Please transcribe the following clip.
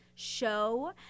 show